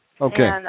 Okay